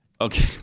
Okay